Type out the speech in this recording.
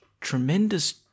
tremendous